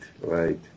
right